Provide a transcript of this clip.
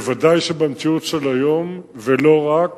בוודאי שבמציאות של היום, ולא רק,